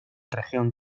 región